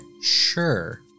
Sure